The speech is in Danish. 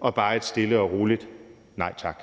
og bare et stille og roligt: Nej tak.